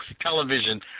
television